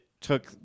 took